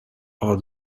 are